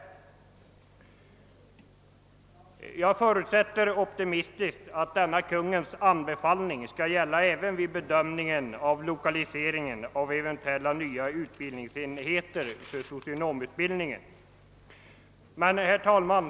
Jag förutsätter optimistiskt att denna Kungl. Maj:ts anbefallning skall gälla även vid bedömningen av lokaliseringen av eventuella nya utbildningsenheter för socionomutbildningen.